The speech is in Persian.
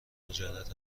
مجرد